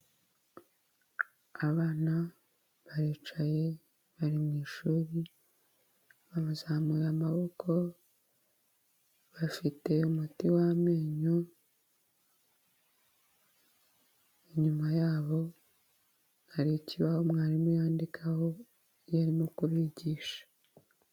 Abana baricaye bari mu ishuri bazamuraye amaboko bafite umuti w'amenyo, inyuma yabo hari ikibaho mwarimu yandikaho iyo arimo kubigisha.